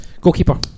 Goalkeeper